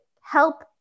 help